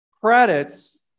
credits